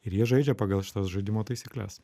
ir jie žaidžia pagal šitas žaidimo taisykles